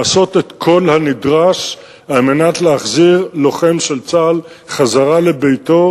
לעשות את כל הנדרש על מנת להחזיר לוחם של צה"ל חזרה לביתו,